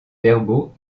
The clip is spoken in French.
verbaux